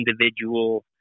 individual